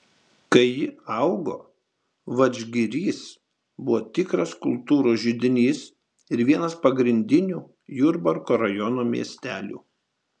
kai ji augo vadžgirys buvo tikras kultūros židinys ir vienas pagrindinių jurbarko rajono miestelių